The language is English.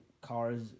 cars